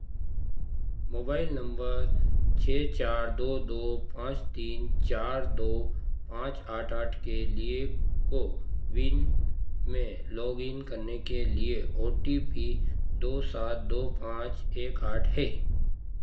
mobile number छः चार दो दो पाँच तीन चार दो पाँच आठ आठ के लिए कोविन में लॉगइन करने के लिए ओ टी पी दो सात दो पाँच एक आठ है